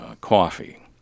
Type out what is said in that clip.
coffee